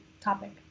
topic